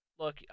Look